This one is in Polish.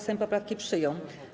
Sejm poprawki przyjął.